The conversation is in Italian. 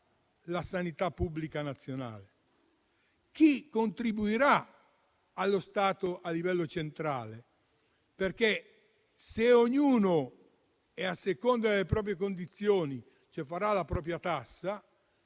chi contribuirebbe allo Stato a livello centrale. Se infatti ognuno, a seconda delle proprie condizioni, pagherà la propria tassa,